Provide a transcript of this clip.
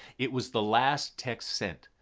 it was the last text sent.